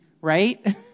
Right